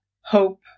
hope